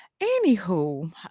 anywho